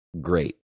great